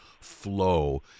flow